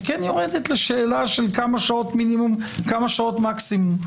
שכן יורדת לשאלה של כמה שעות מינימום וכמה שעות מקסימום.